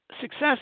Success